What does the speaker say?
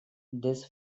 this